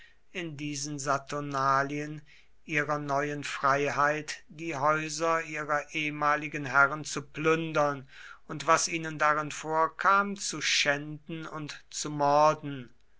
in diesen saturnalien ihrer neuen freiheit die häuser ihrer ehemaligen herren zu plündern und was ihnen darin vorkam zu schänden und zu morden